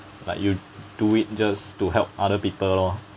but you do it just to help other people lor